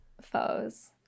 foes